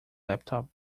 laptop